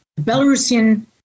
Belarusian